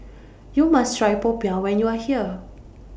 YOU must Try Popiah when YOU Are here